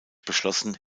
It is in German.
beschlossen